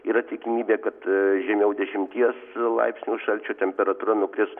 yra tikimybė kad žemiau dešimties laipsnių šalčio temperatūra nukris